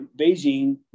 Beijing